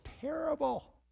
terrible